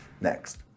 next